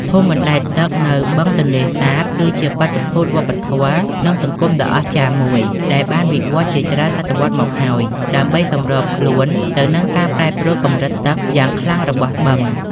ភូមិបណ្ដែតទឹកនៅបឹងទន្លេសាប គឺជាបាតុភូតវប្បធម៌ និងសង្គមដ៏អស្ចារ្យមួយដែលបានវិវត្តន៍ជាច្រើនសតវត្សរ៍មកហើយ ដើម្បីសម្របខ្លួនទៅនឹងការប្រែប្រួលកម្រិតទឹកយ៉ាងខ្លាំងរបស់បឹង។